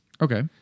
Okay